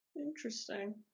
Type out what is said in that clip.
Interesting